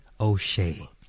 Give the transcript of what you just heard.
o'shea